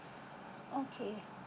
okay